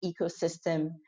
ecosystem